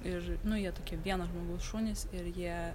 ir nu jie tokie vieno žmogaus šunys ir jie